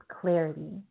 clarity